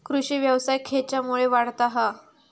कृषीव्यवसाय खेच्यामुळे वाढता हा?